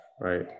right